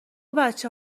بچه